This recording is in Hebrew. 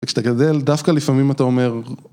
כשאתה גדל, דווקא לפעמים אתה אומר...